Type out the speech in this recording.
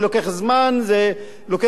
זה לוקח זמן, זה מסורבל.